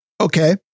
Okay